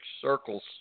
circles